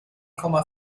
komma